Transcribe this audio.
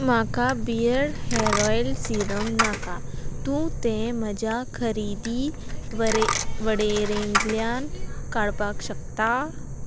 म्हाका beard hair oil serum नाका तूं तें म्हज्या खरेदी वरेळे वळेरेंतल्यान काडपाक शकता